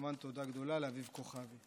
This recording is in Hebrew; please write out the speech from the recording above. וכמובן תודה גדולה לאביב כוכבי.